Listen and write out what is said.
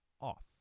off